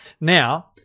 now